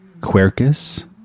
Quercus